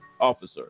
officer